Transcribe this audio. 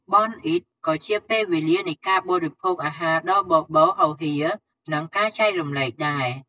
បុណ្យអ៊ីឌក៏ជាពេលវេលានៃការបរិភោគអាហារដ៏បរបូរហូរហៀរ និងការចែករំលែកដែរ។